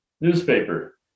newspaper